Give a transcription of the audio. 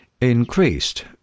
increased